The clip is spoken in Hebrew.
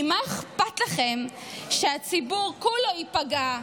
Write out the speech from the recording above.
כי מה אכפת לכם שהציבור כולו ייפגע,